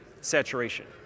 saturation